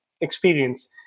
experience